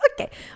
Okay